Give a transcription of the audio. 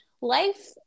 life